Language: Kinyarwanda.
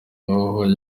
aho